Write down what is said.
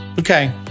Okay